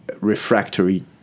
refractory